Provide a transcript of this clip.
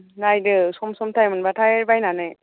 नायदो सम सम टाइम मोनबाथाय बायनानै